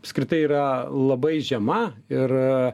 apskritai yra labai žema ir